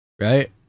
right